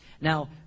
Now